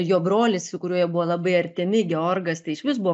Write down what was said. ir jo brolis su kuriuo jie buvo labai artimi georgas tai išvis buvo